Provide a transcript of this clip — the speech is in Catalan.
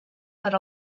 per